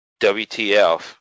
WTF